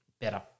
better